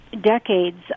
decades